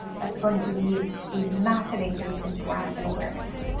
that's going to be a massive increase in brand awareness.